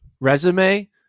resume